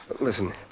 Listen